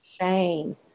shame